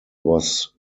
was